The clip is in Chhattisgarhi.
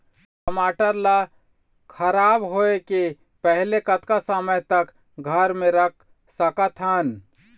टमाटर ला खराब होय के पहले कतका समय तक घर मे रख सकत हन?